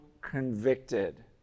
convicted